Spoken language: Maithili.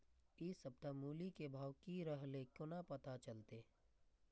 इ सप्ताह मूली के भाव की रहले कोना पता चलते?